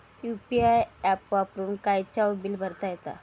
UPI app वापरून खायचाव bill भरता येता